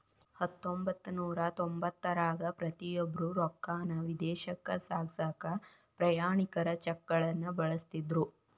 ಹತ್ತೊಂಬತ್ತನೂರ ತೊಂಬತ್ತರಾಗ ಪ್ರತಿಯೊಬ್ರು ರೊಕ್ಕಾನ ವಿದೇಶಕ್ಕ ಸಾಗ್ಸಕಾ ಪ್ರಯಾಣಿಕರ ಚೆಕ್ಗಳನ್ನ ಬಳಸ್ತಿದ್ರು